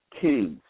kings